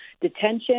detention